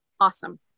awesome